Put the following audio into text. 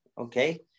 okay